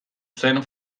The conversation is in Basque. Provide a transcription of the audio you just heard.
zen